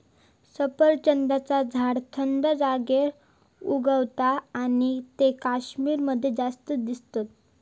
सफरचंदाचा झाड थंड जागेर उगता आणि ते कश्मीर मध्ये जास्त दिसतत